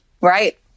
Right